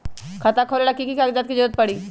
खाता खोले ला कि कि कागजात के जरूरत परी?